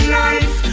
life